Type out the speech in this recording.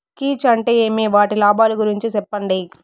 కీచ్ అంటే ఏమి? వాటి లాభాలు గురించి సెప్పండి?